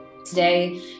Today